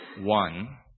one